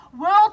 world